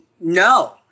No